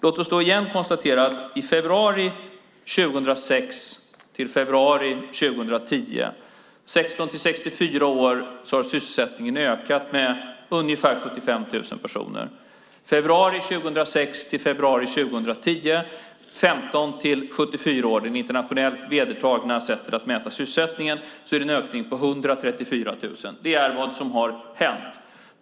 Låt oss då igen konstatera att från februari 2006 till februari 2010 har sysselsättningen ökat bland dem som är 16-64 år med ungefär 75 000 personer. Från februari 2006 till februari 2010 är det en ökning bland dem som är 15-74 år - det internationellt vedertagna sättet att mäta sysselsättningen - med 134 000. Det är vad som har hänt.